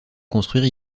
construire